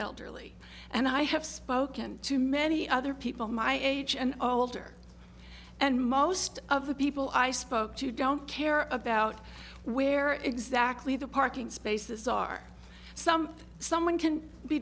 elderly and i have spoken to many other people my age and older and most of the people i spoke to don't care about where exactly the parking spaces are some someone can be